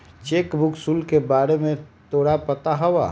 Cheque book शुल्क के बारे में तोरा पता हवा?